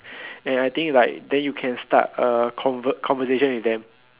and I think like then you can start a con~ conversation with them